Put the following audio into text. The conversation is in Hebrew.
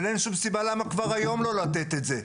אבל אין שום סיבה למה כבר היום לא לתת את זה.